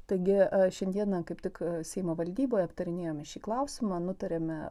taigi šiandieną kaip tik seimo valdyboje aptarinėjome šį klausimą nutarėme